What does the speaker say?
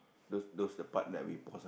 those those the part that we pause